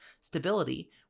stability